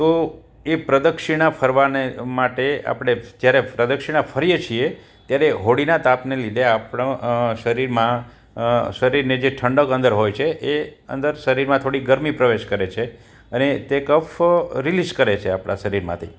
તો એ પ્રદક્ષિણા ફરવાને માટે આપણે જ્યારે પ્રદક્ષિણા ફરીએ છીએ ત્યારે એ હોળીના તાપને લીધે આપણો શરીરમાં શરીરને જે ઠંડક અંદર હોય છે એ અંદર શરીરમાં થોડીક ગરમી પ્રવેશ કરે છે અને તે કફ રિલીસ કરે છે આપણા શરીરમાંથી